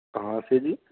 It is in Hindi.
कहाँ से जी